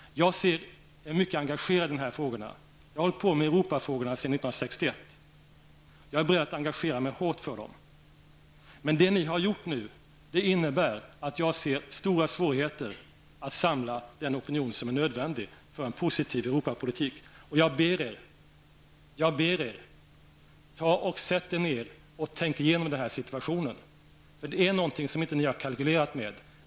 Jag ser mycket engagerat på dessa frågor. Jag har hållit på med Europafrågor sedan 1961. Jag är beredd att engagera mig mycket hårt för dem. Men det ni har gjort nu innebär att jag ser stora svårigheter att samla den opinion som är nödvändig för en positiv Europapolitik. Jag ber er därför: Sätt er ner och tänk igenom situationen -- är det någonting som ni inte har kalkylerat med?